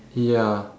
ya